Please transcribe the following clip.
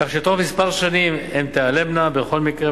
כך שבתוך כמה שנים הן תיעלמנה בכל מקרה,